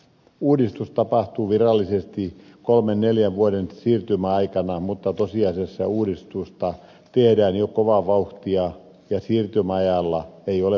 uudistus tapahtuu virallisesti kolmen neljän vuoden siirtymäaikana mutta tosiasiassa uudistusta tehdään jo kovaa vauhtia ja siirtymäajalla ei ole paljon väliä